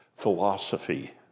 philosophy